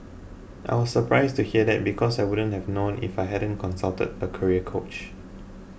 I was surprised to hear that because I wouldn't have known if I hadn't consulted the career coach